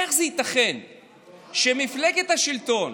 איך זה ייתכן שמפלגת השלטון